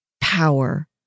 power